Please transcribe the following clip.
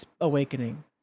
awakening